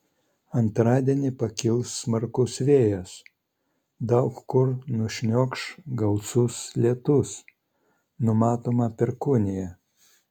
antradienį pakils smarkus vėjas daug kur nušniokš gausus lietus numatoma perkūnija